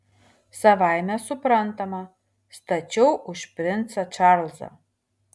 savaime suprantama stačiau už princą čarlzą